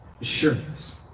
assurance